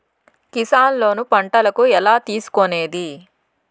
Kisan loan పంటలకు ఎలా తీసుకొనేది?